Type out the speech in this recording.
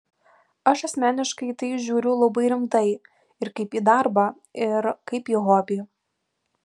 aš asmeniškai į tai žiūriu labai rimtai ir kaip į darbą ir kaip į hobį